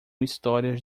histórias